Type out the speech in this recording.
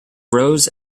rose